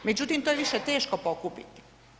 Međutim, to je više teško pokupiti.